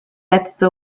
letzte